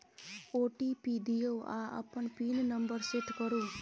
OTP दियौ आ अपन पिन नंबर सेट करु